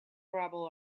gravel